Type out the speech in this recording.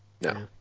No